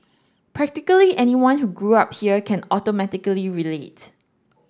practically anyone who grew up here can automatically relate